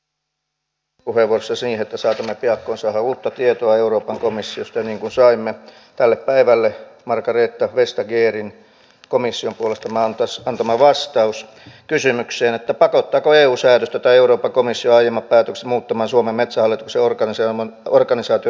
viittasin aikaisemmin debattipuheenvuorossani siihen että saatamme piakkoin saada uutta tietoa euroopan komissiosta ja saimme tälle päivälle margrethe vestagerin komission puolesta antaman vastauksen kysymykseen pakottaako eu säädöstö tai euroopan komission aiemmat päätökset muuttamaan suomen metsähallituksen organisaation nimenomaan yhtiömuotoon